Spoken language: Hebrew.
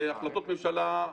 אלה החלטות ממשלה,